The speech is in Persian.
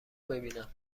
ببینم